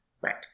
Right